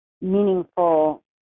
meaningful